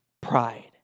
pride